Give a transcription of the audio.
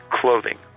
clothing